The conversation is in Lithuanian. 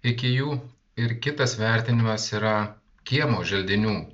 iki jų ir kitas vertinimas yra kiemo želdinių